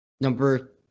Number